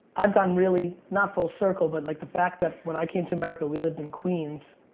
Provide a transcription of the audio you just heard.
i've gotten really, not full circle, but like the fact that when i came to america we lived in queens,